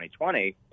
2020